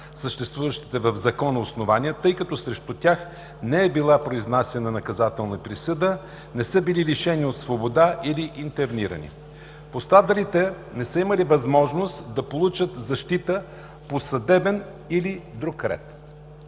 съществуващите в Закона основания, тъй като срещу тях не е била произнасяна наказателна присъда, не са били лишени от свобода или интернирани. Пострадалите не са имали възможност да получат защита по съдебен или друг ред.